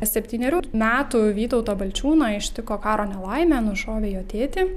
septynerių metų vytautą balčiūną ištiko karo nelaimė nušovė jo tėtį